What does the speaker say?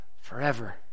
forever